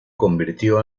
convirtió